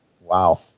Wow